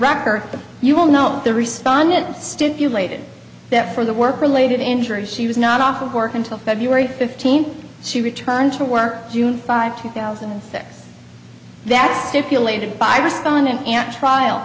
record you will know the respondent stipulated that for the work related injuries she was not off of work until february fifteenth she returned to work june five two thousand and six that stipulated by respondent and trial